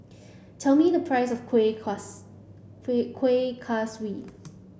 tell me the price of Kueh Kueh Kaswi